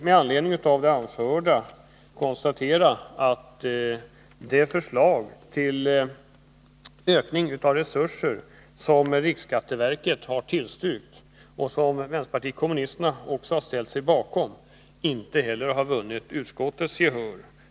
Mot bakgrund av det anförda vill jag konstatera att inte heller det förslag till ökning av resurserna som riksskatteverket har tillstyrkt och som också vänsterpartiet kommunisterna har ställt sig bakom har vunnit gehör hos utskottet.